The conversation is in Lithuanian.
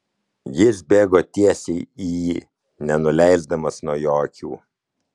jis bėgo tiesiai į jį nenuleisdamas nuo jo akių